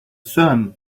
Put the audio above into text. sun